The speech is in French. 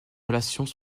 relations